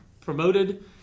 promoted